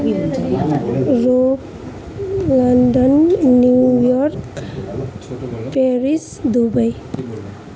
Rome London New York Paris Dubai